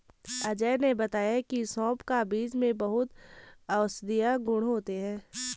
अजय ने बताया की सौंफ का बीज में बहुत औषधीय गुण होते हैं